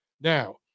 Now